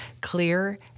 clear